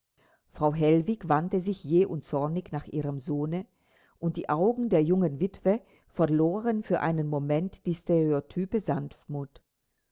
frau hellwig wandte sich jäh und zornig nach ihrem sohne und die augen der jungen witwe verloren für einen moment die stereotype sanftmut